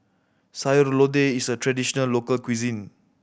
Sayur Lodeh is a traditional local cuisine